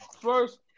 First